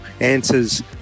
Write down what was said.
answers